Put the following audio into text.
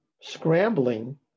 scrambling